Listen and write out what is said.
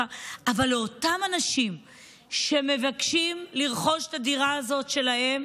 אבל לאותם אנשים שמבקשים לרכוש את הדירה הזאת שלהם,